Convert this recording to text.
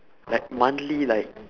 like monthly like